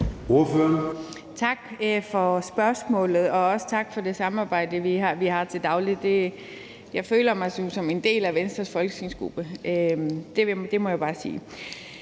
Tak for spørgsmålet, og også tak for det samarbejde, vi har til daglig. Jeg føler mig som en del af Venstres folketingsgruppe; det må jeg bare sige.